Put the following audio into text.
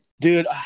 dude